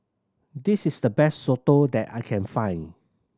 this is the best soto that I can find